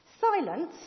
Silence